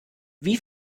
wie